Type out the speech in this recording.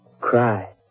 cry